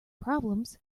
problems